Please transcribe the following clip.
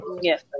Yes